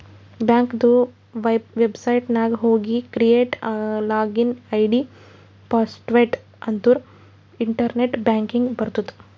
ಬ್ಯಾಂಕದು ವೆಬ್ಸೈಟ್ ನಾಗ್ ಹೋಗಿ ಕ್ರಿಯೇಟ್ ಲಾಗಿನ್ ಐ.ಡಿ, ಪಾಸ್ವರ್ಡ್ ಅಂದುರ್ ಇಂಟರ್ನೆಟ್ ಬ್ಯಾಂಕಿಂಗ್ ಬರ್ತುದ್